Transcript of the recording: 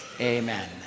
Amen